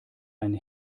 einen